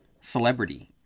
celebrity